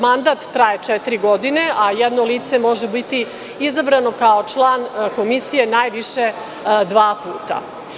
Mandat traje četiri godine, a jedno lice može biti izabrano kao član komisije najviše dva puta.